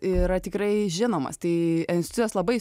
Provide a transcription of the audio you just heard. yra tikrai žinomas tai institutas labai